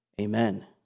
Amen